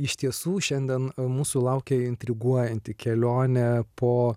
iš tiesų šiandien mūsų laukia intriguojanti kelionė po